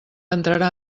entrarà